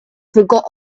forgot